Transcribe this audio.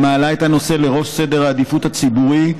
היא מעלה את הנושא לראש סדר העדיפויות הציבורי,